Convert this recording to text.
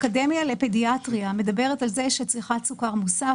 האקדמיה לפדיאטריה מדברת על כך שצריכת סוכר מוסף,